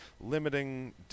limiting